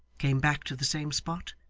came back to the same spot,